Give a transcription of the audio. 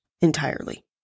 entirely